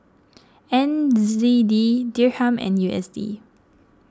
N Z D Dirham and U S D